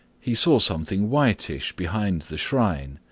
he saw something whitish behind the shrine.